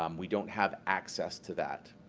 um we don't have access to that.